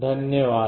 धन्यवाद